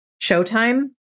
showtime